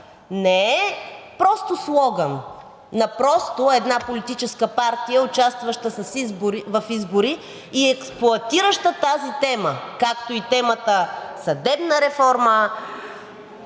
не е просто слоган на просто една политическа партия, участваща в избори и експлоатираща тази тема, както и темата „Съдебна реформа“,